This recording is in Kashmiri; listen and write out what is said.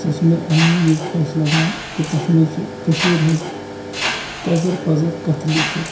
سۄ چھِ مےٚ ایٚمہِ موٗجوٗب خۄش لَگان کہِ تَتھ منٛز چھُ کٔشیٖرِ ہٕنٛز پَزر پَزر کَتھٕ لیٖکھِتھ